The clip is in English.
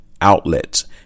outlets